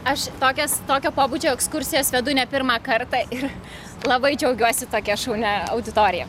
aš tokias tokio pobūdžio ekskursijas vedu ne pirmą kartą ir labai džiaugiuosi tokia šaunia auditorija